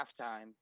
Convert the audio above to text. halftime